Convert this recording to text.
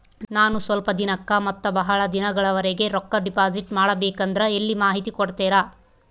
ನಾನು ಸ್ವಲ್ಪ ದಿನಕ್ಕ ಮತ್ತ ಬಹಳ ದಿನಗಳವರೆಗೆ ರೊಕ್ಕ ಡಿಪಾಸಿಟ್ ಮಾಡಬೇಕಂದ್ರ ಎಲ್ಲಿ ಮಾಹಿತಿ ಕೊಡ್ತೇರಾ?